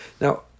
Now